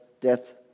death